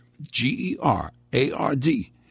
G-E-R-A-R-D